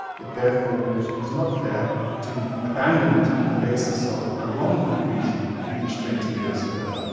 it therefore is not fair to abandon it on the basis of a wrong conclusion reached twenty years ago.